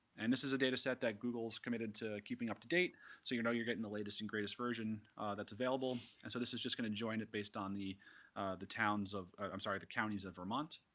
and this is a data set that google's committed to keeping up to date, so you know you're getting the latest and greatest version that's available. and so this is just going to join it based on the the towns of i'm sorry, the counties of vermont.